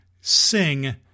sing